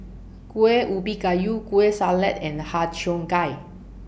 Kueh Ubi Kayu Kueh Salat and Har Cheong Gai